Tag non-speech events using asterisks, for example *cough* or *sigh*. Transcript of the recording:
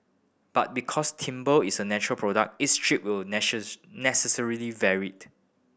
but because timber is a natural product each strip will *unintelligible* necessarily vary